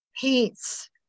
paints